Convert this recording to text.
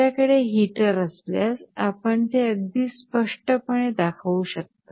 आपल्याकडे हीटर असल्यास आपण ते अगदी स्पष्टपणे दाखवू शकता